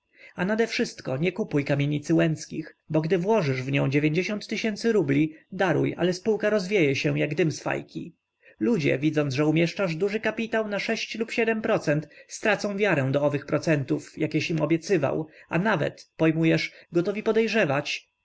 a nadewszystko nie kupuj kamienicy łęckich bo gdy włożysz w nią tysięcy rubli daruj ale spółka rozwieje się jak dym z fajki ludzie widząc że umieszczasz duży kapitał na lub procent stracą wiarę do owych procentów jakieś im obiecywał a nawet pojmujesz gotowi podejrzewać